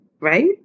right